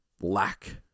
lack